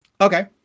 Okay